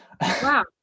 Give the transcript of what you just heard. Wow